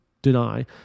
deny